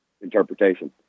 interpretation